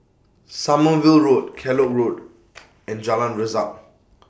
Sommerville Road Kellock Road and Jalan Resak